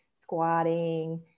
squatting